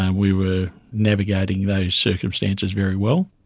and we were navigating those circumstances very well.